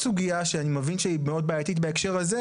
אני לא יכול לגבות יותר כסף,